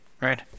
right